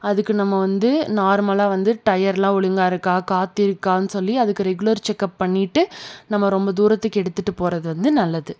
அதுக்கு நம்ம வந்து நார்மலாக வந்து டயர்லாம் ஒழுங்காக இருக்கா காற்று இருக்கான்னு சொல்லி அதுக்கு ரெகுலர் செக்கப் பண்ணிட்டு நம்ம ரொம்ப தூரத்துக்கு எடுத்துகிட்டு போகிறது வந்து நல்லது